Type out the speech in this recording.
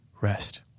rest